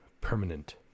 permanent